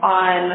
on